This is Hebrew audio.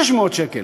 600 שקל.